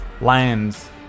lands